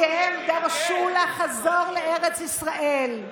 כי הם דרשו לחזור לארץ ישראל.